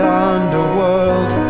underworld